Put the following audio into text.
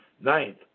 Ninth